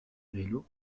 vélos